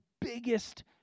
biggest